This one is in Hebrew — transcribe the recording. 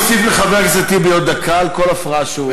אני מוסיף לחבר הכנסת טיבי עוד דקה על כל הפרעה שהוא,